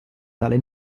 dalle